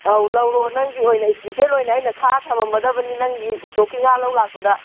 ꯑꯧ ꯂꯧꯔꯣ ꯅꯪꯒꯤ ꯑꯣꯏꯅ ꯏꯁꯄꯤꯁꯦꯜ ꯑꯣꯏꯅ ꯑꯩꯅ ꯈꯥꯛꯑ ꯊꯅꯝꯃꯗꯝꯅꯦ ꯅꯪꯒꯤ ꯎꯁꯣꯞꯀꯤ ꯉꯥ ꯂꯧ ꯂꯥꯛꯄꯗ